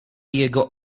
jego